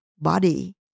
body